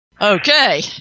okay